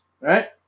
right